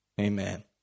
Amen